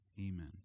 Amen